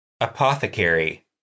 Apothecary